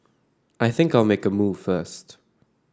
I think I'll make a move first